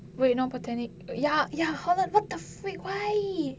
wait not botanic ya ya holland what the freak why